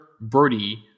Birdie